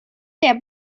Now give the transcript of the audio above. der